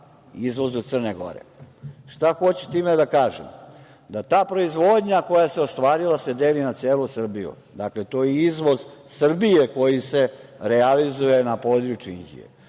izvozu Crne Gore. Šta hoću time da kažem? Da ta proizvodnja koja se ostvarila se deli na celu Srbiju. Dakle, to je izvoz Srbije koji se realizuje na području Inđije.